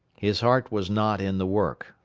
his heart was not in the work,